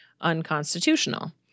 unconstitutional